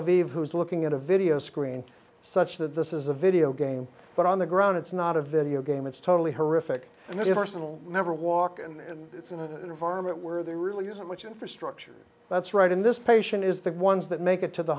aviv who is looking at a video screen such that this is a video game but on the ground it's not a video game it's totally horrific and if arsenal never walk and it's in an environment where there really isn't much infrastructure that's right in this patient is the ones that make it to the